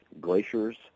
glaciers